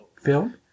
film